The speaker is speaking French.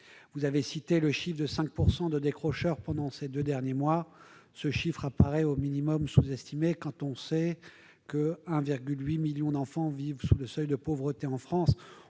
Vous avez mentionné le taux de 5 % de décrocheurs au cours des deux derniers mois. Ce chiffre paraît pour le moins sous-estimé, quand on sait que 1,8 million d'enfants vivent sous le seuil de pauvreté en France.